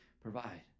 provide